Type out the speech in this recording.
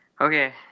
Okay